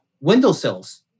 windowsills